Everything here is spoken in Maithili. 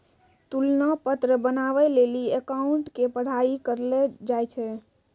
तुलना पत्र बनाबै लेली अकाउंटिंग के पढ़ाई करलो जाय छै